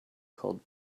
called